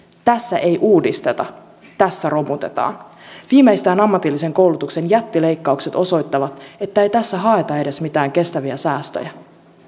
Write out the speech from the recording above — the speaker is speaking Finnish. tässä ei uudisteta tässä romutetaan viimeistään ammatillisen koulutuksen jättileikkaukset osoittavat että ei tässä haeta edes mitään kestäviä säästöjä